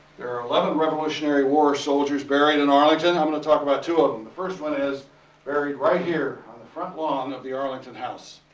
there are eleven revolutionary war soldiers buried in arlington. i'm going to talk about two of them. the first one is buried right here on the front lawn of the arlington house.